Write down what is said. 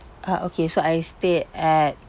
uh okay so I stayed at